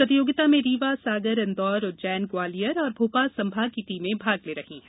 प्रतियोगिता में रीवा सागर इंदौर उज्जैन ग्वालियर और भोपाल संभाग की टीमें भाग ले रही हैं